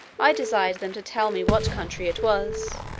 i desired them to tell me what country it was.